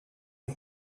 you